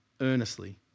earnestly